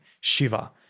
Shiva